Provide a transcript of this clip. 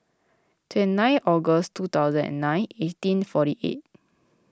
two nine August two thousand and nine eighteen forty eight